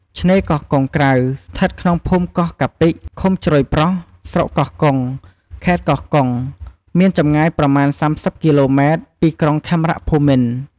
ឆ្នេរកោះកុងក្រៅ ស្ថិតក្នុងភូមិកោះកាពិ ឃុំជ្រោយប្រស់ ស្រុកកោះកុង ខេត្តកោះកុង មានចម្ងាយប្រមាណ៣០គីឡូម៉ែត្រ ពីក្រុងខេមរភូមិន្ទ។